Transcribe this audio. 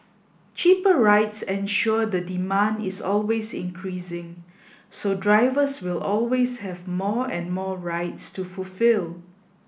cheaper rides ensure the demand is always increasing so drivers will always have more and more rides to fulfil